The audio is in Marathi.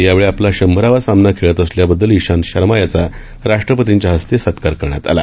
यावेळी आपला शंभरावा सामना खेळत असल्याबद्दल इशांत शर्मा याचा राष्ट्रपर्तींच्या हस्ते सत्कार करण्यात आला